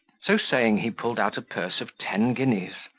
so saying he pulled out a purse of ten guineas,